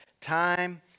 Time